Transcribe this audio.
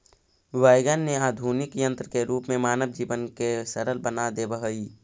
wagon ने आधुनिक यन्त्र के रूप में मानव जीवन के सरल बना देवऽ हई